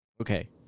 okay